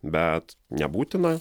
bet nebūtina